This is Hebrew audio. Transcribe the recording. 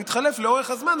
הוא התחלף לאורך הזמן,